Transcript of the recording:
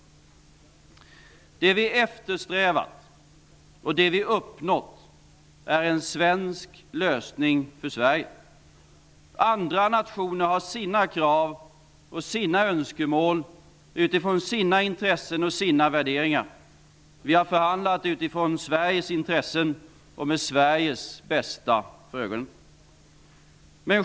Det vi eftersträvat och det vi uppnått är en svensk lösning för Sverige. Andra nationer har sina krav och sina önskemål, utifrån sina intressen och sina värderingar. Vi har förhandlat utifrån Sveriges intressen och med Sveriges bästa för ögonen.